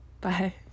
Bye